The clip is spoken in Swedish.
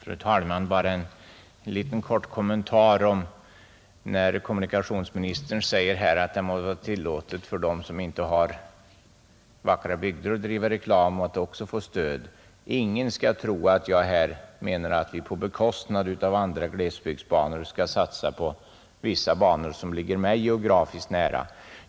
Fru talman! Bara en kort kommentar till kommunikationsministerns uttalande att det må vara tillåtet för dem som inte har vackra bygder att driva reklam för att också få stöd. Ingen skall tro att jag här menar att vi på bekostnad av andra glesbygdsbanor skall satsa på vissa banor som ligger mig geografiskt nära.